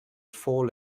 fall